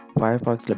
firefox